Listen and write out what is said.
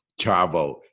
Chavo